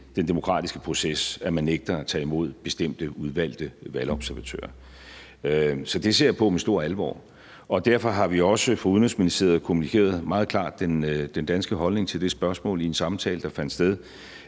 den demokratiske proces, at man nægter at tage imod bestemte udvalgte valgobservatører. Så det ser jeg på med stor alvor. Derfor har vi fra Udenrigsministeriets side også meget klart kommunikeret den danske holdning til det spørgsmål i en samtale, der fandt sted